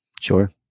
sure